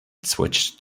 switched